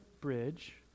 bridge